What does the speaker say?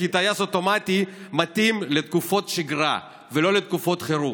כי טייס אוטומטי מתאים לתקופות שגרה ולא לתקופות חירום.